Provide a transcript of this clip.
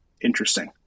interesting